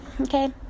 Okay